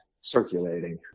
circulating